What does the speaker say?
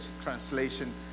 translation